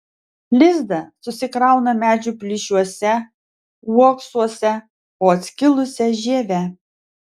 lizdą susikrauna medžių plyšiuose uoksuose po atskilusia žieve